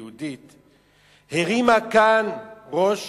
היהודית, "הרימה ראש